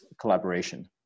collaboration